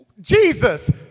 Jesus